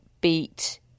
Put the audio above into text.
beat